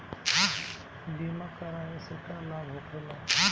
बीमा कराने से का लाभ होखेला?